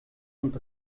und